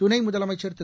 துணை முதலமைச்சர் திரு